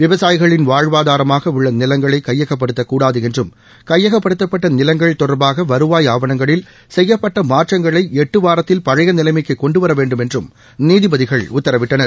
விவசாயிகளின் வாழ்வாதாரமாக உள்ள நிலங்களை கையப்படுத்தக்கூடாது என்றும் கையகப்படுத்தப்பட்ட நிலங்கள் தொடர்பாக வருவாய் ஆவணங்களில் செய்யப்பட்ட மாற்றங்களை எட்டு வாரத்தில் பழைய நிலைமைக்கு கொண்டுவர வேண்டும் என்றும் நீதிபதிகள் உத்தரவிட்டனர்